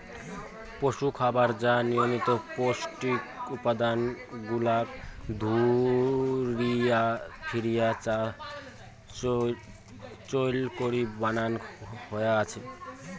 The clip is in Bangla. পশুখাবার যা নিয়মিত পৌষ্টিক উপাদান গুলাক ঘুরিয়া ফিরিয়া চইল করি বানান হয়া আছে